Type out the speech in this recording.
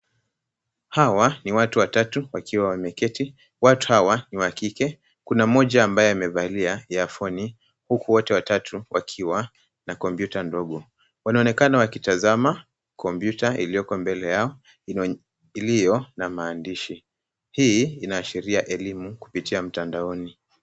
Hawa ni watu watatu wakiwa wameketi. Watu hawa ni wa kike. Kuna mmoja ambaye amevalia earphone huku wote watatu wakiwa na kompyuta ndogo. Wanaonekana wakitazama kompyuta iliyoko mbele yao, iliyo na maandishi. Hii inaashiria elimu kupitia mtandaoni.